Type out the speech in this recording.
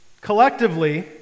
collectively